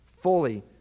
fully